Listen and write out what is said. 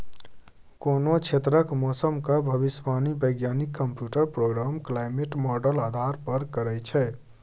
कोनो क्षेत्रक मौसमक भविष्यवाणी बैज्ञानिक कंप्यूटर प्रोग्राम क्लाइमेट माँडल आधार पर करय छै